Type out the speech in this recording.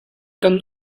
kan